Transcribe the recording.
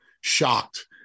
shocked